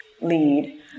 lead